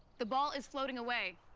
the ball is floating away.